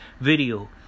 video